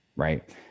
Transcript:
Right